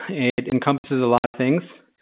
it encompasses a lot of things.